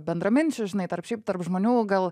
bendraminčių žinai tarp šiaip tarp žmonių gal